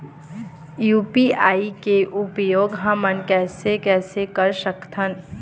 UPI के उपयोग हमन कैसे कैसे कर सकत हन?